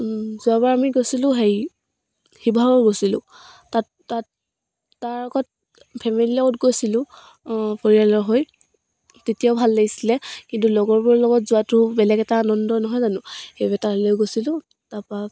যোৱাবাৰ আমি গৈছিলোঁ হেৰি শিৱসাগৰ গৈছিলোঁ তাত তাত তাৰ আগত ফেমিলিৰ লগত গৈছিলোঁ পৰিয়ালৰ হৈ তেতিয়াও ভাল লাগিছিলে কিন্তু লগৰবোৰৰ লগত যোৱাটো বেলেগ এটা আনন্দ নহয় জানো সেইবাবে তালৈ গৈছিলোঁ তাৰপৰা